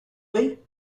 way